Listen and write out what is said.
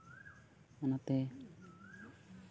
ᱚᱱᱟᱛᱮ